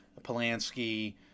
Polanski